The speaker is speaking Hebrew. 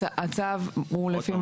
הצו הוא לפי,